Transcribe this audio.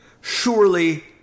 Surely